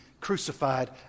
crucified